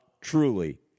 truly